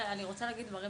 אם היתה הארכה.